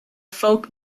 folk